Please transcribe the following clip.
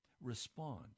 respond